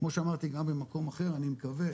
כמו שאמרתי גם במקום אחר, אני מקווה